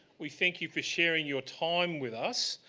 we thank you for sharing your time with us,